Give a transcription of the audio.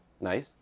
Nice